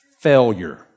Failure